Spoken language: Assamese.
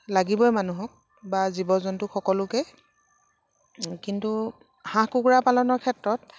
লাগিবই মানুহক বা জীৱ জন্তু সকলোকে কিন্তু হাঁহ কুকুৰা পালনৰ ক্ষেত্ৰত